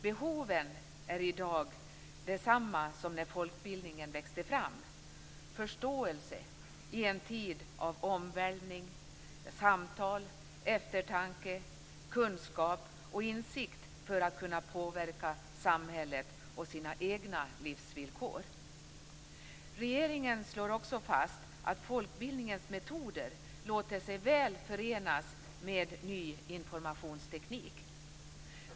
Behoven är i dag desamma som när folkbildningen växte fram - förståelse i en tid av omvälvning, samtal, eftertanke, kunskap och insikt för att kunna påverka samhället och sina egna livsvillkor. Vidare slår regeringen fast att folkbildningens metoder låter sig väl förenas med ny informationsteknik.